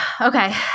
Okay